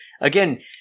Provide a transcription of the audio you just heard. again